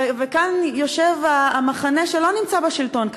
וכאן יושב המחנה שלא נמצא בשלטון כרגע,